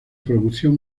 producción